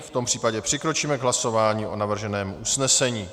V tom případě přikročíme k hlasování o navrženém usnesení.